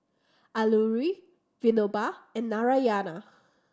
Alluri Vinoba and Narayana